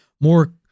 more